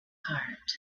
heart